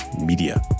media